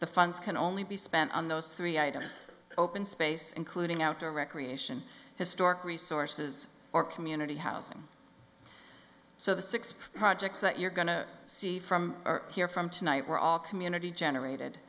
the funds can only be spent on those three items open space including outdoor recreation historic resources or community housing so the six projects that you're going to see from here from tonight were all community generated